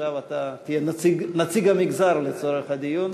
עכשיו אתה תהיה נציג המגזר לצורך הדיון,